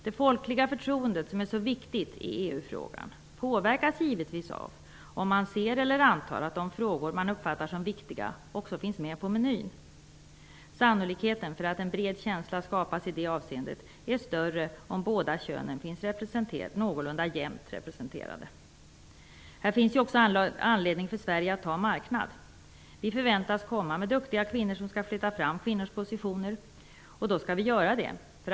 Det folkliga förtroendet, som är så viktigt i EU-frågan, påverkas givetvis av om man ser eller antar att de frågor man uppfattar som viktiga också finns med på menyn. Sannolikheten för att en bred känsla skapas i det avseendet är större om könen finns någorlunda jämnt representerade. Här finns också anledning för Sverige att ta marknad. Vi förväntas komma med duktiga kvinnor som skall flytta fram kvinnors positioner, och då skall vi göra det.